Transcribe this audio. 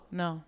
no